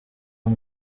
اون